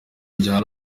rya